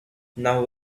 now